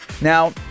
Now